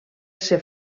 ser